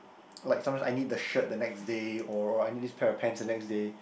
like sometimes I need the shirt the next day or or I need this pair of pants the next day